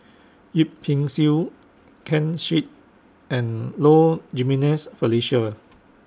Yip Pin Xiu Ken Seet and Low Jimenez Felicia